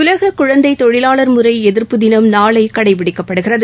உலக குழந்தை தொழிலாளர் முறை எதிர்ப்பு தினம் நாளை கடைபிடிக்கப்படுகிறது